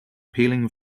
peeling